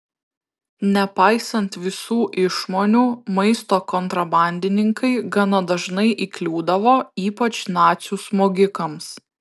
nepaisant visų išmonių maisto kontrabandininkai gana dažnai įkliūdavo ypač nacių smogikams